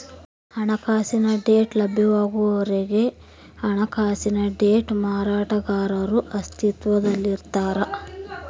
ಹಣಕಾಸಿನ ಡೇಟಾ ಲಭ್ಯವಾಗುವವರೆಗೆ ಹಣಕಾಸಿನ ಡೇಟಾ ಮಾರಾಟಗಾರರು ಅಸ್ತಿತ್ವದಲ್ಲಿರ್ತಾರ